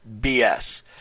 BS